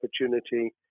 opportunity